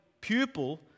pupil